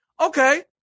okay